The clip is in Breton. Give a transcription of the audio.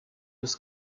eus